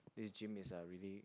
this gym is uh really